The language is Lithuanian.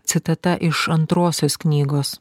citata iš antrosios knygos